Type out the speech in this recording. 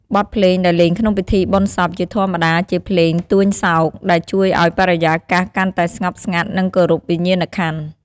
បទភ្លេងដែលលេងក្នុងពិធីបុណ្យសព ជាធម្មតាជាបទភ្លេងទួញសោក ដែលជួយឱ្យបរិយាកាសកាន់តែស្ងប់ស្ងាត់ និងគោរពវិញ្ញាណក្ខន្ធ។